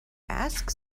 ask